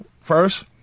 first